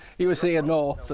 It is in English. he was saying no